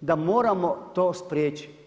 da moramo to spriječiti.